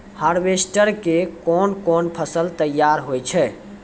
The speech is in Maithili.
हार्वेस्टर के कोन कोन फसल तैयार होय छै?